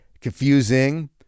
confusing